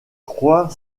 croit